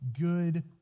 good